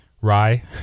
Rye